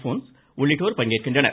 bones உள்ளிட்டோர் பங்கேற்கின்றனர்